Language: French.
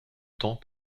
temps